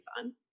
fun